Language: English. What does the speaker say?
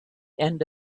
end